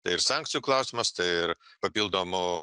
tai ir sankcijų klausimas ir papildomų